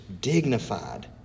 dignified